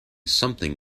something